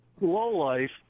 low-life